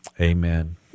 amen